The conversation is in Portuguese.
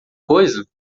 coisa